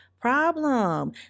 problem